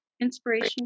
inspiration